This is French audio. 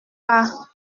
pas